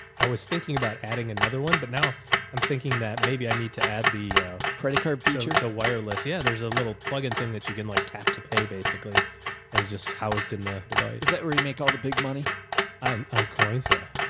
i was thinking about adding another one, but now i'm thinking that maybe i need to add the credit card feature the wireless. yeah. there's a little plugin thing that you can like tap to pay basically. and it just, how is it in the device? is that where you make all the big money on on coins? yeah. yeah.